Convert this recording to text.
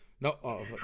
No